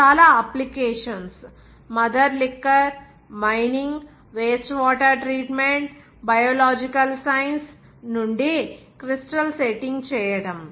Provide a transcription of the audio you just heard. చాలా applications mother liquor mining waste water treatment biological science నుండి crystals setting చేయటం